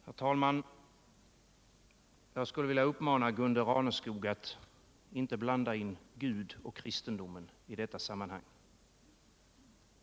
Herr talman! Jag skulle vilja uppmana Gunde Raneskog att inte blanda in Gud och kristendomen i detta sammanhang.